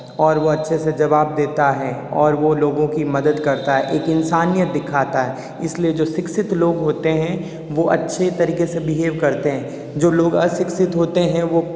और वो अच्छे से जवाब देता है और वो लोगों की मदद करता है एक इंसानियत दिखाता है इसलिए जो शिक्षित लोग होते हैं वो अच्छी तरीके से बिहेव करते हैं जो लोग अशिक्षित होते हैं वो